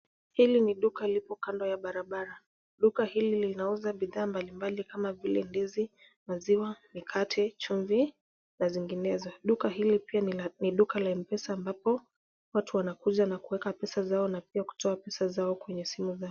Hili ni duka lipo kando ya barabara. Duka hili linauza bidhaa mbalimbali kama vile ndizi, maziwa, mikate, chumvi na zinginezo. Duka hili pia ni duka la Mpesa ambapo watu wanakuja na kuweka pesa zao na pia kutoa pesa zao kwenye simu zao.